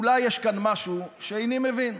אולי יש כאן משהו שאיני מבין,